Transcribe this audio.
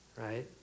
right